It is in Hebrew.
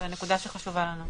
זו נקודה שחשובה לנו.